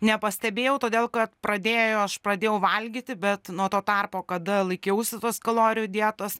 nepastebėjau todėl kad pradėjo aš pradėjau valgyti bet nuo to tarpo kada laikiausi tos kalorijų dietos